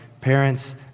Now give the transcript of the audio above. Parents